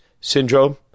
syndrome